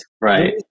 right